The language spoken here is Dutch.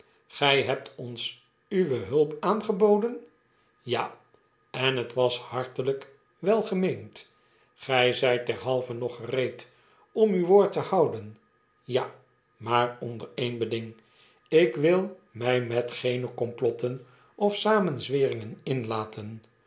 gij hebt ons uwe hulp aangeboden p ja en het was hartelijk wel gemeend gij zijt derhalve nog gereed om uw woord te houden ja maar onder een beding ikwil mij met geene komplotten of samenzweringen